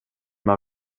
man